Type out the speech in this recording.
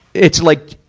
it's like,